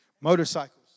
Motorcycles